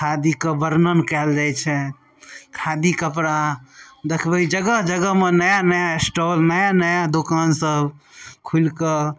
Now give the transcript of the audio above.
खादीके बर्णन कयल जाइ छै खादी कपड़ा देखबै जगह जगहमे नया नया स्टौल नया नया दोकान सभ खुलिके